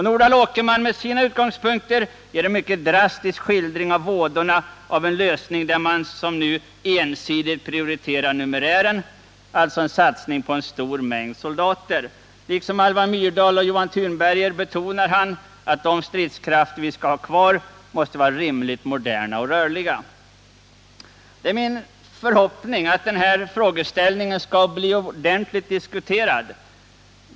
Nordal Åkerman ger med sina utgångspunkter en mycket drastisk skildring av vådorna av en lösning där man ensidigt prioriterar numerären, alltså en satsning på en stor mängd soldater. Liksom Alva Myrdal och Johan Tunberger betonar han att de stridskrafter vi skall ha kvar måste vara rimligt moderna och rörliga. Det är min förhoppning att den här frågeställningen skall bli ordentligt diskuterad.